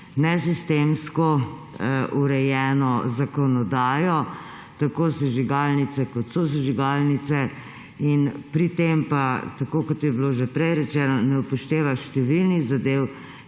nesistemsko urejeno zakonodajo tako sežigalnice kot sosežigalnice in pri tem pa, tako kot je bilo že prej rečeno, ne upošteva številnih zadev,